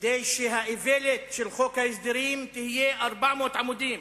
כדי שהאיוולת של חוק ההסדרים תהיה 400 עמודים,